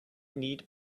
need